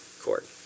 Court